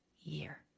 year